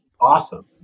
awesome